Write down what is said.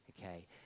okay